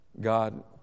God